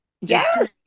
Yes